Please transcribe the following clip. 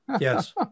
yes